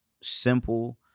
simple